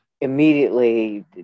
immediately